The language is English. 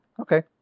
Okay